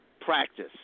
practice